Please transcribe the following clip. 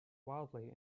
wildly